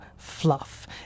fluff